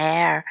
Air